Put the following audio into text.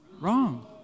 wrong